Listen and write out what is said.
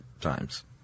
times